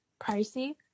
pricey